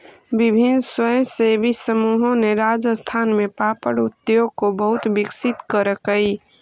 विभिन्न स्वयंसेवी समूहों ने राजस्थान में पापड़ उद्योग को बहुत विकसित करकई